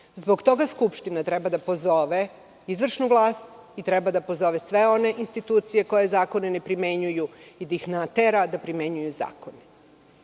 Zbog toga Skupština treba da pozove izvršnu vlast i treba da pozove sve institucije koje zakone ne primenjuju i da ih natera da primenjuju zakone.